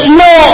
no